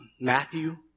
Matthew